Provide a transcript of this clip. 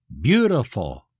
beautiful